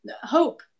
hope